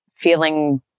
feeling